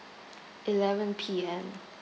eleven P_M